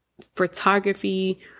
photography